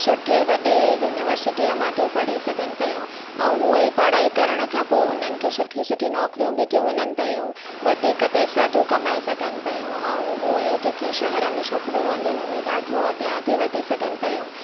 सुठी वॾी यूनिवर्सिटीअ मां थियूं पढ़ी सघनि पियूं ऐं हूअ ई पढ़ाई करणु खां पोइ उन्हनि खे सुठियूं सुठी नौकरियूं बि थियूं मिलनि पियूं वधीक पेसा थियूं कमाए सघनि पियूं ऐं उहे जेकी शहरु में छोकिरियूं रहंदियूं आहिनि उहे ॾाढो अॻियां थी वधी सघनि पियूं